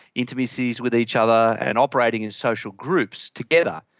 intimacies with each other, and operating in social groups together.